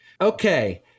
Okay